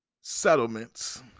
settlements